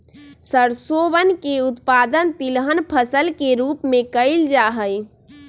सरसोवन के उत्पादन तिलहन फसल के रूप में कइल जाहई